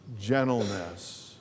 gentleness